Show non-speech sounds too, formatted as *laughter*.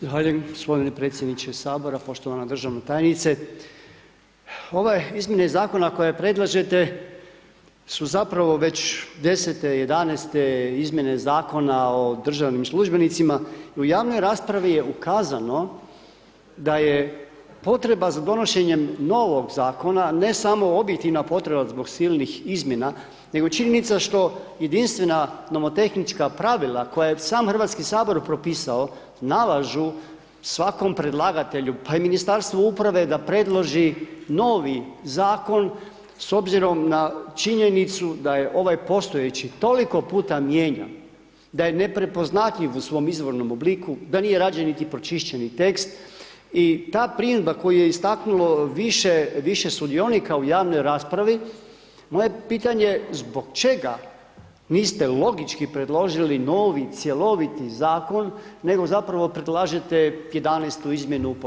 Zahvaljujem g. predsjedniče sabora, poštovana državna tajnice, ove izmjene zakona, koje predlažete su zapravo već 10, 11 izmjene Zakona o državnim službenicima, u javnoj raspravi je ukazano, da je potreba za donošenjem novog zakona ne samo objektivna potreba zbog silnih izmjena nego činjenica što jedinstvena novotehnička pravila koje je sam Hrvatski sabor propisao, nalažu svakom predlagatelju pa i Ministarstvu uprave da predloži novi zakon s obzirom na činjenicu da je ovaj postojeći toliko puta mijenjan da je neprepoznatljiv u svom izvornom obliku, da nije rađen niti pročišćeni tekst i ta ... *unintelligible* koju je istaknulo više sudionika u javnoj raspravi, moje pitanje zbog čega niste logički predložili novi cjeloviti zakon nego zapravo predlažete 11. izmjenu postojećeg?